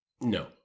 No